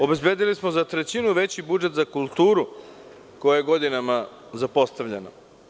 Obezbedili smo za trećinu veći budžet za kulturu, koja je godinama zapostavljana.